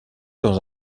dans